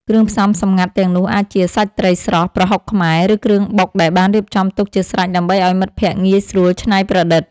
គ្រឿងផ្សំសម្ងាត់ទាំងនោះអាចជា សាច់ត្រីស្រស់ ប្រហុកខ្មែរ ឬគ្រឿងបុកដែលបានរៀបចំទុកជាស្រេចដើម្បីឱ្យមិត្តភក្តិងាយស្រួលច្នៃប្រឌិត។